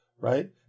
right